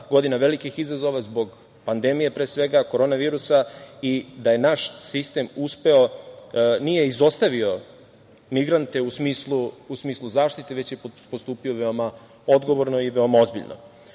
godina velikih izazova zbog pandemije, pre svega, korona virusa i da je naš sistem uspeo, nije izostavio migrante u smislu zaštite, već je postupio veoma odgovorno i veoma ozbiljno. Na